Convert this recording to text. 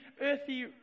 earthy